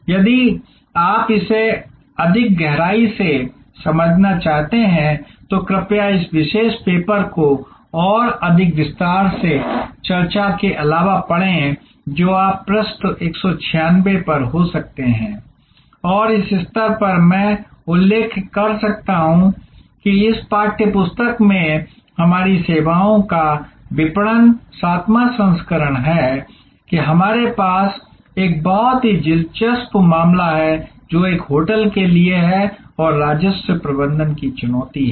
इसलिए यदि आप इसे अधिक गहराई से समझना चाहते हैं तो कृपया इस विशेष पेपर को और अधिक विस्तार से चर्चा के अलावा पढ़ें जो आप पृष्ठ १ ९ ६ पर हो सकते हैं और इस स्तर पर मैं उल्लेख कर सकता हूं कि इस पाठ्य पुस्तक में हमारी सेवाओं का विपणन सातवां संस्करण है हमारे पास एक बहुत ही दिलचस्प मामला है जो एक होटल के लिए है और राजस्व प्रबंधन की चुनौती है